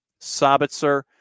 Sabitzer